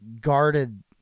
guarded